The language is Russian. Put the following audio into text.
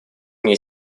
мне